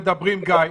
גיא,